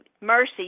mercy